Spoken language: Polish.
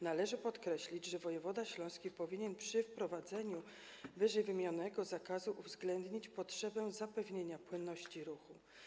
Należy podkreślić, że wojewoda śląski powinien przy wprowadzaniu ww. zakazu uwzględnić potrzebę zapewnienia płynności ruchu.